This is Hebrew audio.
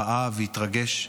ראה והתרגש,